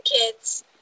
kids